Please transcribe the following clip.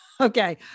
Okay